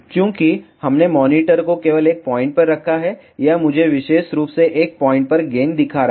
चूंकि हमने मॉनिटर को केवल एक पॉइंट पर रखा है यह मुझे विशेष रूप से एक पॉइंट पर गेन दिखा रहा है